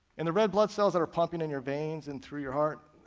and the red blood cells that are pumping in your veins, and through your heart,